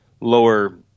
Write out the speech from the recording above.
lower